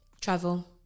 travel